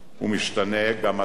הוא משתנה גם עתה,